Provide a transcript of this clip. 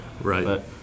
Right